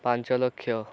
ପାଞ୍ଚ ଲକ୍ଷ